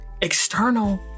external